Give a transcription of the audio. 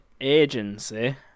agency